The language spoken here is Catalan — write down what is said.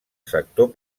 sector